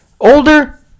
Older